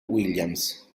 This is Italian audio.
williams